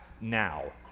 now